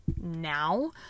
now